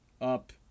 up